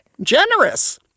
Generous